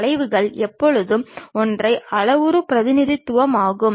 வளைவுகள் எப்போதும் ஒற்றை அளவுரு பிரதிநிதித்துவம் ஆகும்